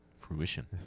Fruition